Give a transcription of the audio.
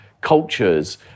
cultures